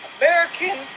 American